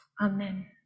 Amen